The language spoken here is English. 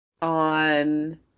On